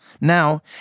Now